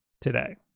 today